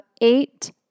eight